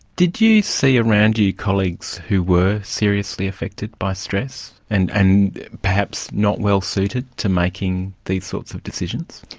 did you see around you colleagues who were seriously affected by stress and and perhaps not well suited to making these sorts of decisions?